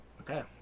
Okay